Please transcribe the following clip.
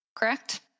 correct